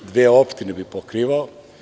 Dve opštine bi pokrivao.